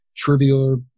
trivial